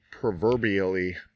proverbially